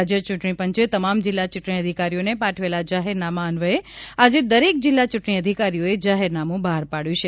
રાજ્ય ચૂંટણી પંચે તમામ જિલ્લા ચૂંટણી અધિકારીઓને પાઠવેલા જાહેરનામા અન્વયે આજે દરેક જિલ્લા ચૂંટણી અધિકારીઓએ જાહેરનામું બહાર પાડવું છે